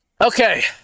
Okay